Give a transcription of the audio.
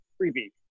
creepy